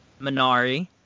minari